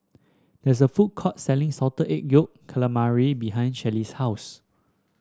there is a food court selling Salted Egg Yolk Calamari behind Shelley's house